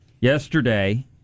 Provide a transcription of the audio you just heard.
Yesterday